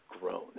grown